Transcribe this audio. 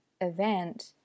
event